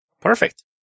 Perfect